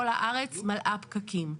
כל הארץ מלאה פקקים.